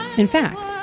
in fact,